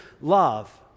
love